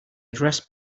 address